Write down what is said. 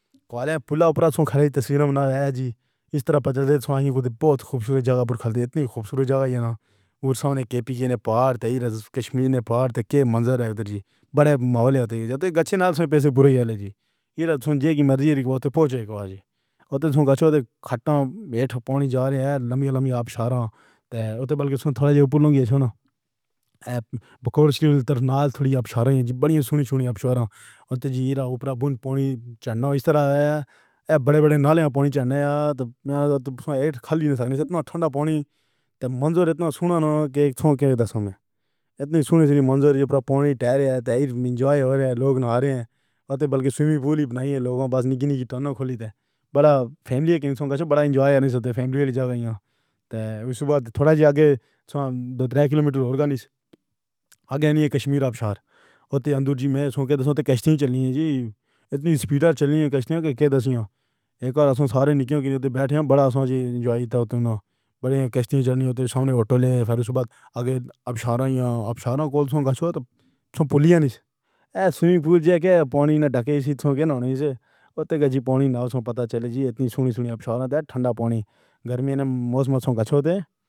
کالے پھُل پورا کھلی تصویریں بنائی جی، اِس طرح پرچلت ہے۔ سواݨی کو بہت خوبصورت جگہ تے خاطر اِتنی خوبصورت جگہ جانا تے ساون دے نی پاری کھشیر وچ پارٹی دے منظر ہے۔ اُدھر جی، وڈے ماحول آندے جاندے گچھیا پیسے بھُل جاندے جی۔ ایہ جو مرزی بہت پُہنچے گا۔ او توں سکھد ختم ہو جا رہا ہے۔ لمبی لمبی کھارا ہوندے بال تھوڑے جو پُلاں دی چھن۔ ایں بکول نال، تھوڑی آبشار بݨی ہو۔ سُݨی سُݨی آبشاراں ہوندیں زیرا۔ اُتے بُھج پاݨی چلنا۔ اِس طرح توں وڈے وڈے نالے پاݨی جانے جاندے۔ کھلی اِتنا ٹھنڈا پاݨی تاں منظور ہوندا کہ دم اِتنی سُنی سُنی منظر۔ پر پاݨی ٹہل رہے سن۔ انجوائے کر رہے لوک۔ نارے آندے بلکہ سوئمنگ پول بنائے لوکاں۔ بس نِکی نِکی ٹن کھولی توں وڈا فیملی وڈا انجوائے کرن دی جگہ ایتھے۔ صبح تھوڑا اگے دو تن کلومیٹر تے گاڑی اگے اَنی کھشیر آبشار تے اندر جی، میں سوچ کر سوچے کشتی چلی۔ جی اِتنی سپیڈر چلیو کشتیاں دے دس ہا۔ اک بار سارے نِکّے دے بیٹھے وڈا جی۔ انجوائے توں وڈے کشتی چڑھدیاں تے سامݨے ٹولے پھر صبح اگے آبشار آبشار کوں لے کے توں پوری ہی سوئمنگ پول جا کے پاݨی ڈھکے سن۔ کہ نہیں جے، اوتی دا جی پاݨی نہ ہووے تاں پتہ چلے جی اِتنی سُݨی سُݨی آبشار ٹھنڈا پاݨی، گرمی موسم دا کھیل سن۔